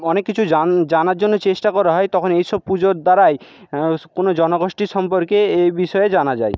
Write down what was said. অনেক কিছু জানার জন্য চেষ্টা করা হয় তখন এইসব পুজোর দ্বারাই কোনো জনগোষ্ঠী সম্পর্কে এই বিষয়ে জানা যায়